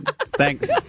Thanks